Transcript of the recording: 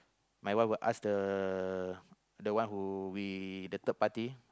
my wife will ask the the one who we the third party